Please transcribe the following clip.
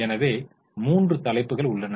எனவே மூன்று தலைப்புகள் உள்ளன